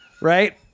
right